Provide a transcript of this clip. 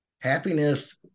happiness